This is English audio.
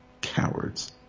cowards